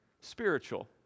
Spiritual